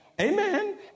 amen